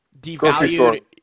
Devalued